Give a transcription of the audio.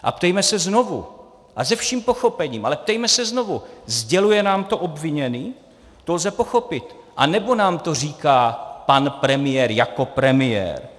A ptejme se znovu a se vším pochopením, ale ptejme se znovu: sděluje nám to obviněný, to lze pochopit, anebo nám to říká pan premiér jako premiér?